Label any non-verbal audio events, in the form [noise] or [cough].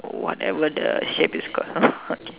whatever the shape is called [noise] okay